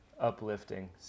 uplifting